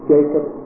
Jacob